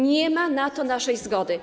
Nie ma na to naszej zgody.